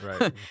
Right